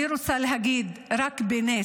אני רוצה להגיד שרק בנס,